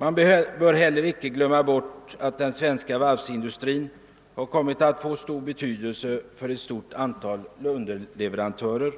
Man bör heller icke glömma bort att den svenska varvsindustrin har kommit att få stor betydelse för ett stort antal underleverantörer,